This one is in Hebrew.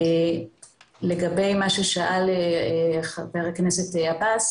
לגבי מה ששאל חבר הכנסת עבאס